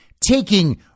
taking